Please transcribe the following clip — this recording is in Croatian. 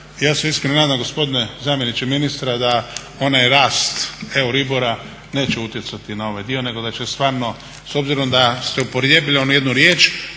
Ja se iskreno nadam gospodine zamjeniče ministra da onaj rast EURIBOR-a neće utjecati na ovaj dio, nego da će stvarno s obzirom da ste upotrijebili onu jednu riječ